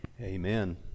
Amen